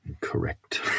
correct